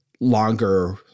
longer